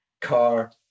car